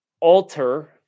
alter